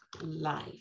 life